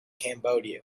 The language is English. cambodia